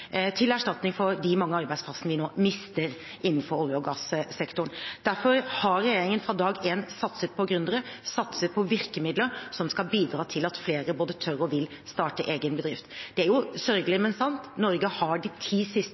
til erstatning for de mange arbeidsplassene vi nå mister innenfor olje- og gassektoren. Derfor har regjeringen fra dag én satset på gründere, satset på virkemidler som skal bidra til at flere både tør og vil starte egen bedrift. Det er jo sørgelig, men sant at Norge de ti siste